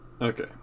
Okay